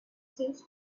seemed